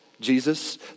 Jesus